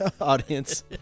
audience